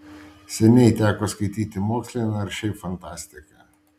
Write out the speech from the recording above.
seniai teko skaityti mokslinę ar šiaip fantastiką